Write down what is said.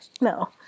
No